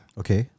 okay